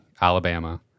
alabama